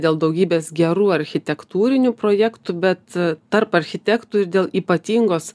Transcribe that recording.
dėl daugybės gerų architektūrinių projektų bet tarp architektų ir dėl ypatingos